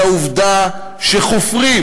זו העובדה שחופרים.